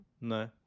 No